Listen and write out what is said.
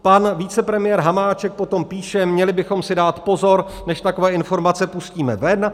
Pan vicepremiér Hamáček potom píše: měli bychom si dát pozor, než takové informace pustíme ven.